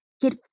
Get